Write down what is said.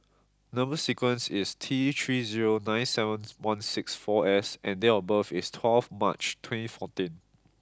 number sequence is T three zero nine seven one six four S and date of birth is twelfth March twenty fourteen